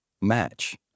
match